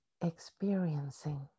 experiencing